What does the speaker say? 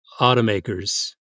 automakers